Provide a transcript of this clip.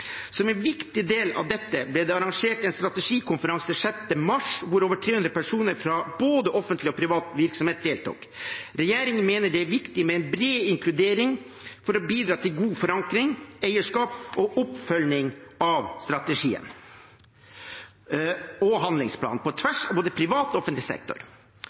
Som en viktig del av dette ble det arrangert en strategikonferanse 6. mars hvor over 300 personer fra både offentlig og privat virksomhet deltok. Regjeringen mener det er viktig med en bred inkludering for å bidra til god forankring, eierskap og oppfølging av strategien og handlingsplanen, på tvers av både privat og offentlig sektor.